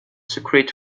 secrete